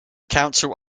council